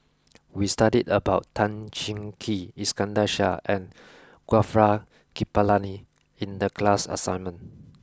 we studied about Tan Cheng Kee Iskandar Shah and Gaurav Kripalani in the class assignment